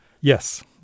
Yes